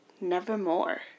Nevermore